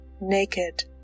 Naked